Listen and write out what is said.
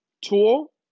tool